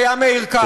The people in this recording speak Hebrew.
היה מאיר כהנא.